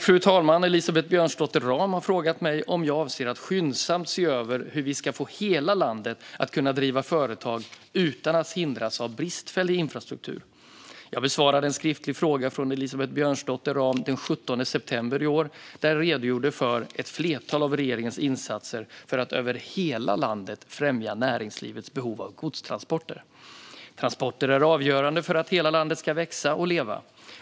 Fru talman! Elisabeth Björnsdotter Rahm har frågat mig om jag avser att skyndsamt se över hur vi ska få hela landet att kunna driva företag utan att hindras av bristfällig infrastruktur. Jag besvarade den 17 september i år en skriftlig fråga från Elisabeth Björnsdotter Rahm och redogjorde då för ett flertal av regeringens insatser för att över hela landet främja näringslivets behov av godstransporter. Transporter är avgörande för att hela landet ska växa och leva.